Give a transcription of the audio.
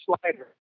slider